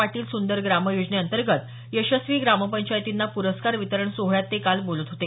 पाटील सुंदर ग्राम योजनेअंतर्गत यशस्वी ग्रामपंचायतींना पुरस्कार वितरण सोहळ्यात ते काल बोलत होते